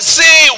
see